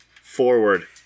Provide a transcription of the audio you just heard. forward